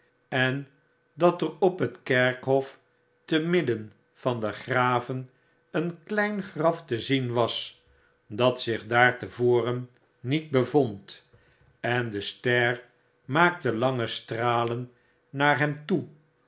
en dat er op net kerkhof te midden van de graven een klein graf te zien was dat zich daar te voren niet bevond en de ster maakte lange stralen naar hem toe